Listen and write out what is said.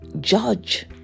judge